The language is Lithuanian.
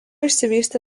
išsivystė